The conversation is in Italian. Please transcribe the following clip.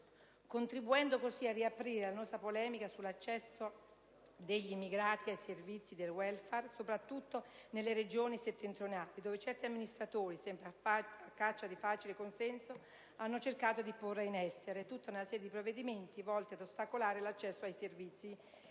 contribuendo così a riaprire l'annosa polemica sull'accesso degli immigrati ai servizi di *welfare*, soprattutto nelle Regioni settentrionali, dove certi amministratori, sempre a caccia di facile consenso, hanno cercato di porre in essere tutta una serie di provvedimenti volti ad ostacolare l'accesso ai servizi ed a varie